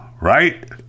Right